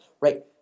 right